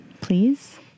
please